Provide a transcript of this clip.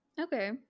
Okay